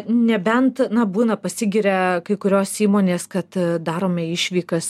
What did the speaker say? nebent na būna pasigiria kai kurios įmonės kad darome išvykas